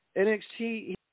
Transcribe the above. NXT